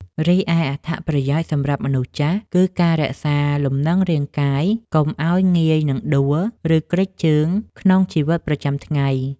រីឯអត្ថប្រយោជន៍សម្រាប់មនុស្សចាស់ គឺការរក្សាលំនឹងរាងកាយកុំឱ្យងាយនឹងដួល ឬគ្រេចជើងក្នុងជីវិតប្រចាំថ្ងៃ។